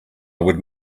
would